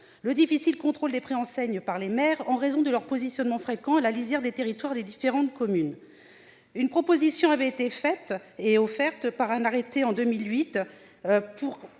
le difficile contrôle des préenseignes par les maires, en raison de leur positionnement fréquent à la lisière des territoires des différentes communes. Une proposition avait été faite et offerte en 2008